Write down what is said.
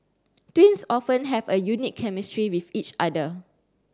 twins often have a unique chemistry with each other